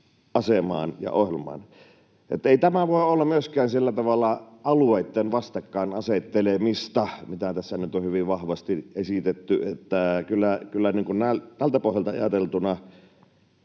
asemaan ja ohjelmaan. Ei tämä voi olla myöskään sillä tavalla alueitten vastakkain asettelemista, mitä tässä nyt on hyvin vahvasti esitetty. Kyllä tältä pohjalta ajateltuna